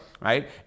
right